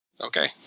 Okay